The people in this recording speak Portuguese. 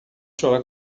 chorar